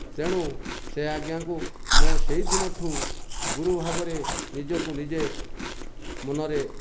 ତେଣୁ ସେ ଆଜ୍ଞାଙ୍କୁ ମୁଁ ସେଇ ଦିନଠୁ ଗୁରୁ ଭାବରେ ନିଜକୁ ନିଜେ ମନରେ